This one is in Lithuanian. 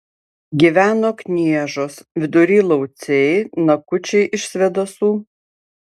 gyveno kniežos vidury lauciai nakučiai iš svėdasų